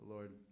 Lord